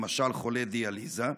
למשל לחולי דיאליזה?